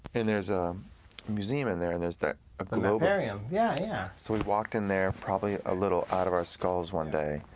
there's a museum in there, and there's that a planetarium. yeah, yeah. so we walked in there probably a little out of our skulls one day,